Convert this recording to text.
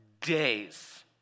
days